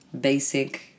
basic